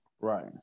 right